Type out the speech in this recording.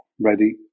ready